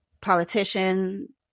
politician